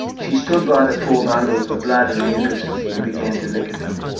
she stood by the four bundles of blood and mucous and began to lick at them.